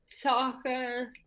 soccer